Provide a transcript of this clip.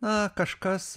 na kažkas